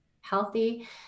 healthy